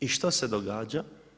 I što se događa?